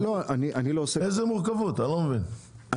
איזה מורכבות אני לא מבין,